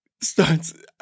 starts